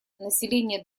население